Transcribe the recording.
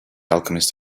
alchemist